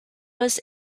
was